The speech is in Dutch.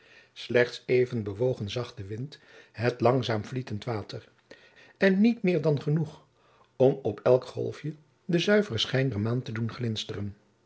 slechts even bewoog een zachte wind het langzaam vlietend water en niet meer dan genoeg om op elk golfje den zuiveren schijn der maan te doen glinsteren